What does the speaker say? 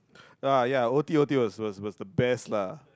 ah ya o_t_o_t was was was the best lah